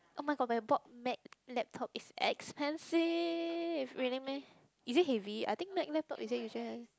oh-my-god when I bought Mac laptop it's expensive really meh is it heavy I think Mac laptop